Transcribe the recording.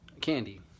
candy